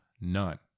none